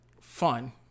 fun